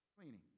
Cleaning